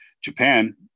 Japan